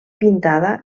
pintada